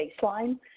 baseline